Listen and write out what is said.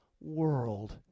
world